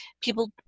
people